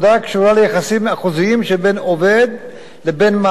ליחסים החוזיים שבין עובד לבין מעביד,